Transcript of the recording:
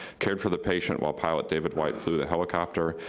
cared for the patient while pilot david white flew the helicopter.